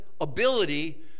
ability